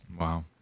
Wow